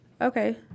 okay